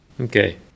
Okay